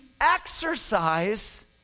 exercise